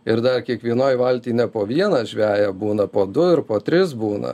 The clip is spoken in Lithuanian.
ir dar kiekvienoj valty ne po vieną žveją būna po du ir po tris būna